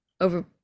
over